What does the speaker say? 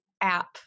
app